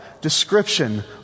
description